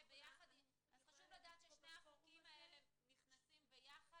חשוב לדעת ששני החוקים האלה נכנסים ביחד